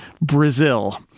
Brazil